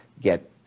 get